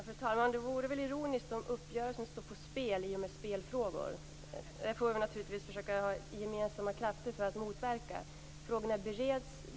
Fru talman! Det vore väl ironiskt om uppgörelsen står på spel i och med spelfrågor. Det får vi naturligtvis med gemensamma krafter försöka motverka. Frågorna bereds.